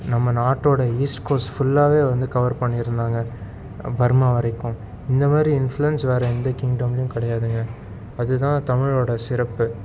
நம்ம நாட்டோடய east coast ஃபுல்லாக வந்து கவர் பண்ணியிருந்தாங்க பர்மா வரைக்கும் இந்த மாதிரி இன்ஃப்ளூயன்ஸ் வேற எந்த கிங்டம்லேயும் கிடையாதுங்க அது தான் தமிழோடய சிறப்பு